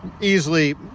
easily